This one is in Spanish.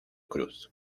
cruz